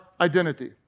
identity